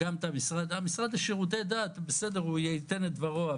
המשרד לשירותי דת, בסדר, הוא ייתן את דברו.